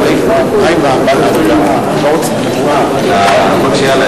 חברי חברי הכנסת, מכובדי השרים, הכנסת,